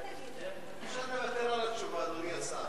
אפשר לוותר על התשובה, אדוני השר.